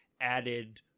added